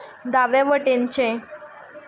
दावे वटेनचें